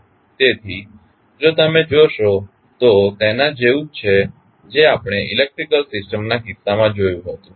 તેથી જો તમે જોશો તો તેના જેવું છે જે આપણે ઇલેક્ટ્રિકલ સિસ્ટમ્સના કિસ્સામાં જોયું હતું